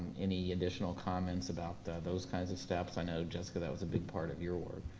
any additional comments about those kinds of steps? i know jessica that was a big part of your work.